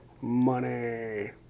Money